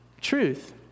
Truth